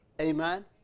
Amen